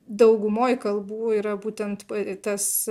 daugumoj kalbų yra būtent tas